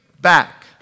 back